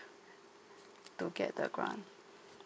to get the grant